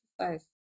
exercise